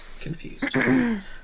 Confused